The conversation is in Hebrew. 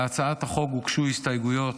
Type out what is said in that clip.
להצעת החוק הוגשו הסתייגויות.